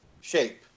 shape